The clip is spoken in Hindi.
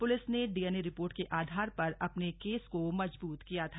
पुलिस ने डीएनए रिपोर्ट के आधार पर अपने केस को मजबूत किया था